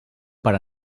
per